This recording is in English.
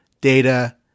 data